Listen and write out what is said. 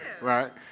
right